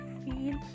feel